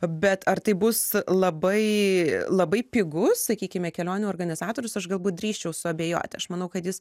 bet ar tai bus labai labai pigu sakykime kelionių organizatorius aš galbūt drįsčiau suabejoti aš manau kad jis